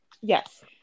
Yes